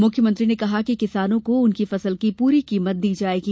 मुख्यमंत्री ने कहा कि किसानों को उनकी फसल की पूरी कीमत मिलेगी